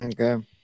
Okay